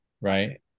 right